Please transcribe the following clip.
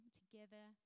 together